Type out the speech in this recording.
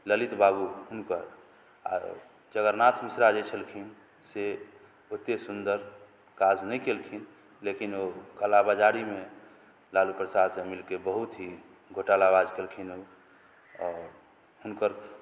ललित बाबू हुनकर आ जगन्नाथ मिश्रा जे छलखिन से ओते सुन्दर काज नहि केलखिन लेकिन ओ काला बाजारीमे लालू प्रसाद से मिलके बहुत ही घोटाला बाज केलखिन ओ और हुनकर